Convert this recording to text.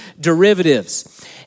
derivatives